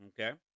Okay